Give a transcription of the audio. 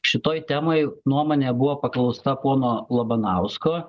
šitoj temoj nuomonė buvo paklausta pono labanausko